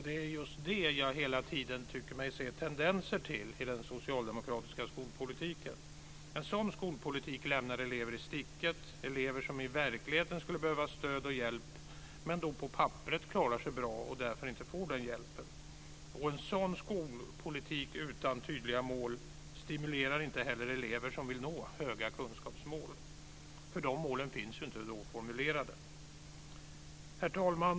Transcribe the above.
Det är just detta som jag hela tiden tycker mig se tendenser till i den socialdemokratiska skolpolitiken. En sådan skolpolitik lämnar elever i sticket, elever som i verkligheten skulle behöva stöd och hjälp men som på papperet klarar sig bra och därför inte får den hjälpen. En sådan skolpolitik utan tydliga mål stimulerar inte heller elever som vill nå höga kunskapsmål. De målen finns ju inte formulerade.